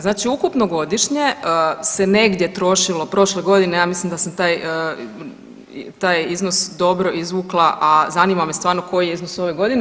Znači ukupno godišnje se negdje trošilo prošle godine ja mislim da sam taj iznos dobro izvukla, a zanima me stvarno koji je iznos ove godine.